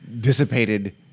dissipated